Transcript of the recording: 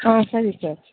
ಹಾಂ ಸರಿ ಸರ್